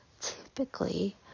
typically